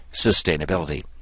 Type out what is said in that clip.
sustainability